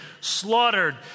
slaughtered